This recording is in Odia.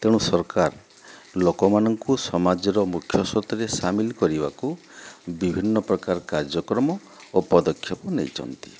ତେଣୁ ସରକାର ଲୋକମାନଙ୍କୁ ସମାଜର ମୁଖ୍ୟ ସ୍ରୋତରେ ସାମିଲ୍ କରିବାକୁ ବିଭିନ୍ନ ପ୍ରକାର କାର୍ଯ୍ୟକ୍ରମ ଓ ପଦକ୍ଷେପ ନେଇଛନ୍ତି